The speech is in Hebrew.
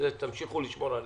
תמשיכו לשמור עלינו,